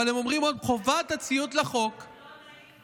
אבל הם אומרים "חובת הציות לחוק" לא נעים,